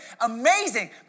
Amazing